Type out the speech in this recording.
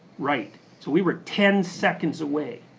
right. so we were ten seconds away.